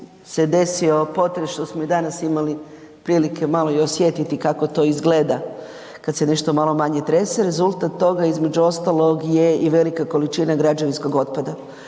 se desio potres, što smo i danas imali prilike malo i osjetiti kako to izgleda kad se nešto malo manje trese, rezultat toga između ostalog je i velika količina građevinskog otpada.